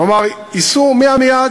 כלומר, ייסעו מעמיעד,